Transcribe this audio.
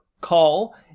Call